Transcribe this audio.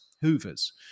Hoovers